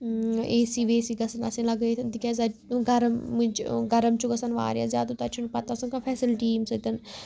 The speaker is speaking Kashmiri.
اے سی وے سی گَژھن آسنۍ لَگٲوِتھ تِکیازِ گَرمٕچ گَرم چھُ گژھان واریاہ زیادٕ تَتہٕ چھُنہ پَتہٕ آسان کانٛہہ فیسلٹی یی یمہ سۭتۍ